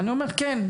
ואני אומר כן,